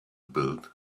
build